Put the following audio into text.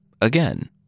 Again